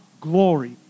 glory